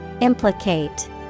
Implicate